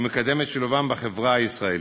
ומקדם את שילובם בחברה הישראלית.